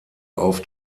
auf